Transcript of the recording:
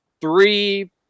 three